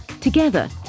Together